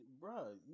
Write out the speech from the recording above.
bro